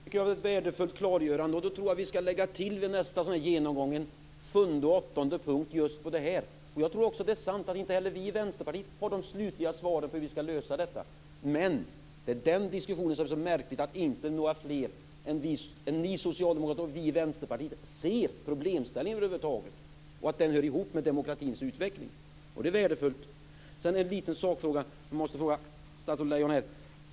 Fru talman! Det tycker jag var ett värdefullt klargörande. Då tror jag att vi vid nästa genomgång av det här slaget skall lägga till en sjunde och en åttonde punkt just vad gäller det här. Jag tror inte heller att vi i Vänsterpartiet har de slutliga svaren på hur vi skall lösa detta. Men det är märkligt att det inte är några andra än ni socialdemokrater och vi i Vänsterpartiet som över huvud taget ser denna problemställning och ser att den hör ihop med demokratins utveckling. Det är värdefullt. Sedan har jag en liten sakfråga som jag måste ställa till statsrådet Lejon.